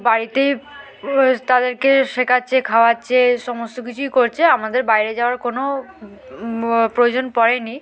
বাড়িতেই তাদেরকে শেখাচ্ছে খাওয়াচ্ছে সমস্ত কিছুই করছে আমাদের বাইরে যাওয়ার কোনো প্রয়োজন পড়েনি